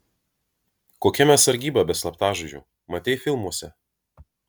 kokia mes sargyba be slaptažodžių matei filmuose